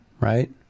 right